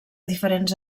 diferents